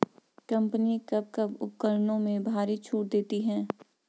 Company कब कब उपकरणों में भारी छूट देती हैं?